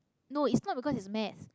no it's not because it's maths